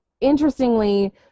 interestingly